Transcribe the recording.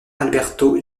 alberto